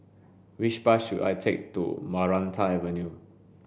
which bus should I take to Maranta Avenue